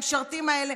המשרתים האלה,